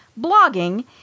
blogging